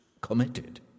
committed